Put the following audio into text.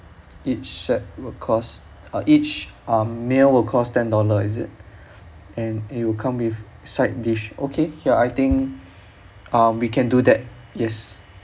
each set would cost uh each uh meal will cost ten dollar is it and it'll come with side dish okay ya I think uh we can do that yes